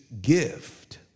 gift